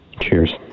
Cheers